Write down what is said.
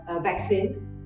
vaccine